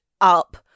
up